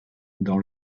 dans